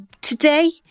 Today